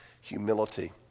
Humility